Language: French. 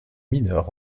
mineur